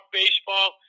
baseball